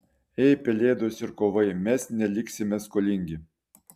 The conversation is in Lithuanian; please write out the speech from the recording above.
ei pelėdos ir kovai mes neliksime skolingi